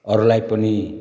अरूलाई पनि